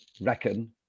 reckon